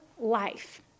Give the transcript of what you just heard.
life